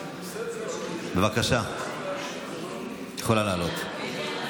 בבקשה, את יכולה לעלות.